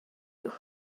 you